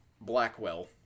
blackwell